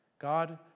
God